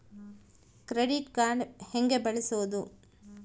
Credit card ಹೆಂಗ ಬಳಸೋದು?